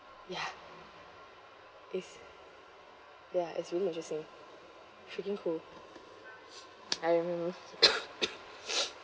ya it's ya it's really interesting freaking cool um